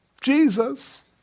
Jesus